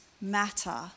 matter